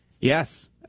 yes